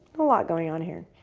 lot going on here.